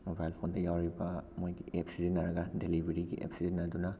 mobile ꯐꯣꯟꯗ ꯌꯥꯎꯔꯤꯕ ꯃꯣꯏꯒꯤ ꯑꯦꯞ ꯁꯤꯖꯤꯟꯅꯔꯒ ꯗꯤꯂꯤꯕꯔꯤꯒꯤ ꯑꯦꯞ ꯁꯤꯖꯤꯟꯅꯗꯨꯅ